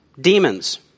Demons